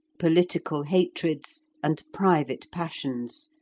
political hatreds, and private passions,